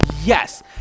Yes